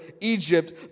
Egypt